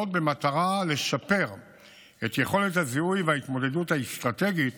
במטרה לשפר את יכולת הזיהוי וההתמודדות האסטרטגית